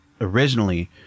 originally